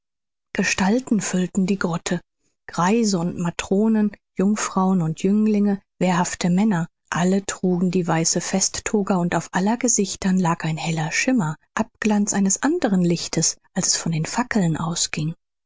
gestalten füllten die grotte greise und matronen jungfrauen und jünglinge wehrhafte männer alle trugen die weiße festtoga und auf aller gesichtern lag ein heller schimmer abglanz eines anderen lichtes als es von den fackeln ausging